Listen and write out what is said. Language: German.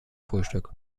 frühstück